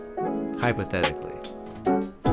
hypothetically